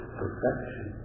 perfection